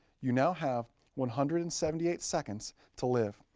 you now have one hundred and seventy eight seconds to live.